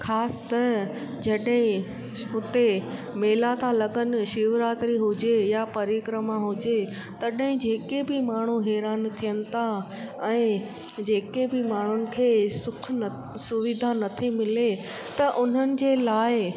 ख़ासि त जॾहिं हुते मेला त लॻनि शिवरात्री हुजे या परिक्रमा हुजे तॾहिं जेके बि माण्हू हैरान थियनि था ऐं जेके बि माण्हुनि खे सुखु न सुविधा नथी मिले त उन्हनि जे लाइ